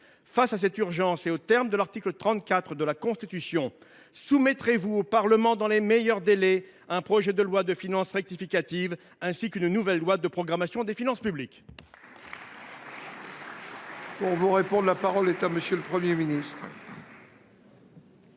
face à cette urgence, et conformément à l’article 34 de la Constitution, soumettrez vous au Parlement, dans les meilleurs délais, un projet de loi de finances rectificative, ainsi qu’une nouvelle loi de programmation des finances publiques ?